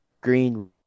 green